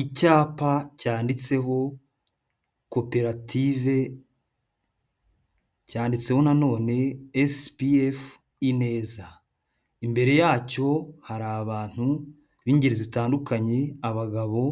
Icyapa cyanditseho koperative, cyanditseho nanone SPF ineza, imbere yacyo hari abantu b'ingeri zitandukanye, abagabo,